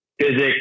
physics